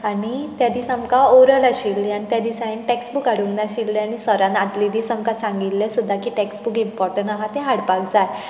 आनी त्या दीस आमकां ओरल आशिल्ली आनी त्या दीस हांवें टॅक्स बूक हाडूंक नाशिल्ले आनी सरान आदले दीस आमकां सांगिल्लें सुद्दां की टॅक्स बूक इम्पॉटन आसा ते हाडपाक जाय